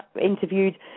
interviewed